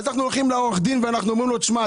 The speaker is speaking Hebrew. אנחנו הולכים לעורך הדין ואומרים לו "תשמע,